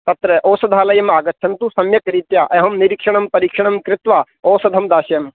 तत्र औषधालयम् आगच्छन्तु सम्यक्रीत्या अहं निरीक्षणं परीक्षणं कृत्वा औषधं दास्यामि